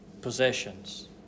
possessions